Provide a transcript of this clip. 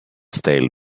stale